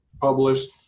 published